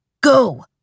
Go